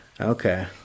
okay